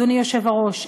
אדוני היושב-ראש,